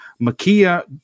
Makia